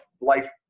life